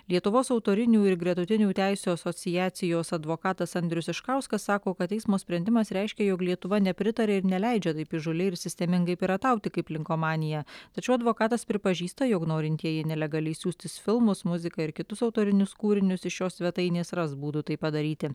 lietuvos autorinių ir gretutinių teisių asociacijos advokatas andrius iškauskas sako kad teismo sprendimas reiškia jog lietuva nepritaria ir neleidžia taip įžūliai ir sistemingai piratauti kaip linkomanija tačiau advokatas pripažįsta jog norintieji nelegaliai siųstis filmus muziką ir kitus autorinius kūrinius iš šios svetainės ras būdų tai padaryti